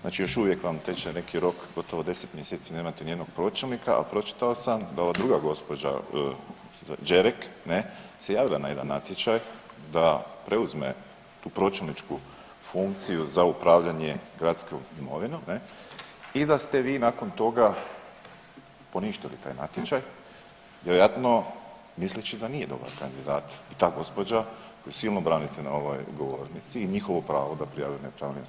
znači još uvijek vam teče neki rok gotovo 10 mjeseci nemate nijednog pročelnika, a pročitao sam da ova druga gospođa Đerek se javila na jedan natječaj da preuzme tu pročelničku funkciju za upravljanje gradskom imovinom i da ste vi nakon toga poništili taj natječaj, vjerojatno misleći da nije dobar kandidat ta gospođa koju silno branite na ovoj govornici i njihovo pravo da prijavi nepravilnosti.